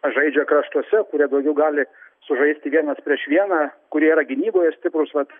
žaidžia kraštuose kurie daugiau gali sužaisti vienas prieš vieną kurie yra gynyboje ir stiprūs vat